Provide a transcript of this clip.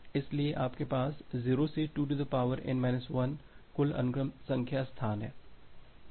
इसलिए आपके पास 0 से 2n 1 कुल अनुक्रम संख्या स्थान है